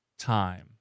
time